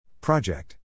project